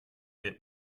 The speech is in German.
wird